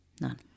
none